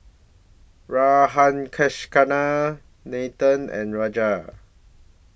Radhakrishnan Nathan and Raja